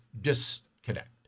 disconnect